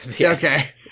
Okay